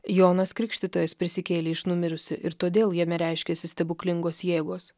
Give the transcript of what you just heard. jonas krikštytojas prisikėlė iš numirusių ir todėl jame reiškiasi stebuklingos jėgos